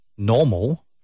Normal